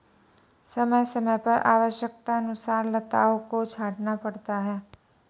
समय समय पर आवश्यकतानुसार लताओं को छांटना पड़ता है